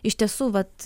iš tiesų vat